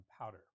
powder